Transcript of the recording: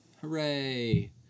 Hooray